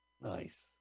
Nice